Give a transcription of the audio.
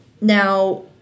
now